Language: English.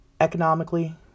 economically